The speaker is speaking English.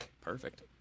Perfect